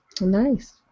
Nice